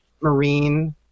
Marine